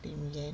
Ling Yan